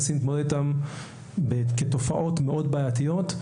מנסים להתמודד איתן כתופעות מאוד בעייתיות.